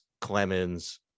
Clemens